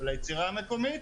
ליצירה המקומית.